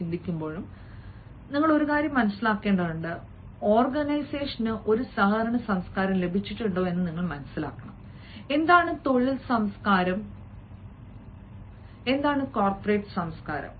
അതിനാൽ ഓർഗനൈസേഷന് ഒരു സഹകരണ സംസ്കാരം ലഭിച്ചിട്ടുണ്ടോ എന്ന് നിങ്ങൾ മനസ്സിലാക്കണം എന്താണ് തൊഴിൽ സംസ്കാരം എന്താണ് കോർപ്പറേറ്റ് സംസ്കാരം